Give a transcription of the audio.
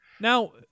Now